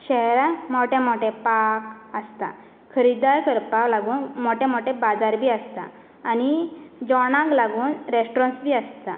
शहरांत मोटे मोटे पार्क आसता खरीदार करपाक लागून मोटे मोटे बाजार बी आसता आनी जेवणाक लागून रेस्टोरंट्स बी आसता